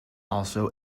also